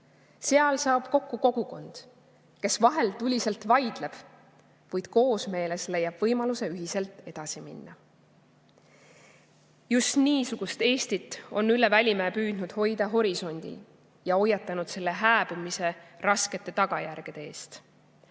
Seal saab kokku kogukond, kes vahel tuliselt vaidleb, kuid koosmeeles leiab võimaluse ühiselt edasi minna. Just niisugust Eestit on Ülle Välimäe püüdnud hoida horisondil ja hoiatanud selle hääbumise raskete tagajärgede eest.